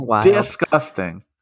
disgusting